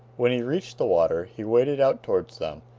when he reached the water, he waded out towards them,